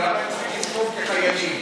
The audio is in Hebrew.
למה הם צריכים לסבול כחיילים?